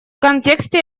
контексте